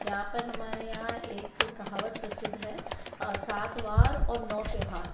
यहाँ पर हमारे यहाँ एक कहावत प्रसिद्ध है सात वार और नौ त्यौहार